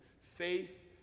faith